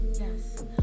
yes